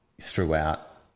throughout